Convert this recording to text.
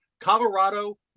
Colorado